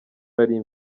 nari